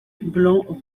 blanc